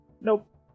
Nope